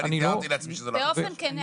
ואני תיארתי לעצמי שזו לא החלטה שלו.